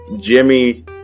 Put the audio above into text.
Jimmy